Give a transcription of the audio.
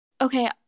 okay